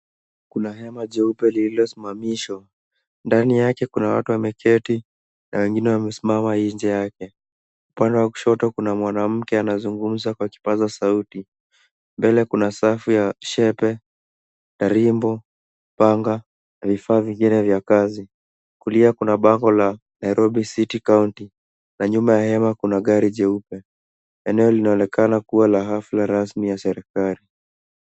Kuna hema jeupe lilosimamishwa ndani yake kuna watu wameketi na wengine wamesimama nje yake, upande wa kushoto kuna mwanamke anazungumza kwa kipaza sauti, mbele kuna safu ya shepe, tarimbo, panga na vifaa vingine taifa vya kazi ,kulia kuna bango la Nairobi city county na nyuma ya hema kuna gari nyeupe eneo linaonekana kuwa la hafla rasmi ya serikali.